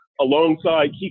alongside